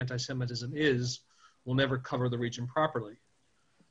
אנטישמיות לא יכולים לסקר נכון את השטח.